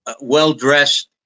well-dressed